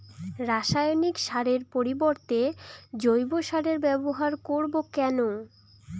রাসায়নিক সারের পরিবর্তে জৈব সারের ব্যবহার করব কেন?